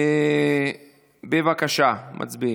בבקשה, מצביעים.